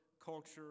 culture